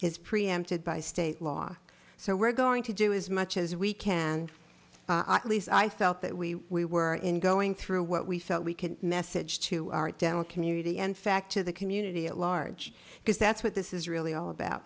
is preempted by state law so we're going to do as much as we can at least i felt that we we were in going through what we felt we could message to our dental community and fact to the community at large because that's what this is really all about